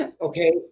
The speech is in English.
okay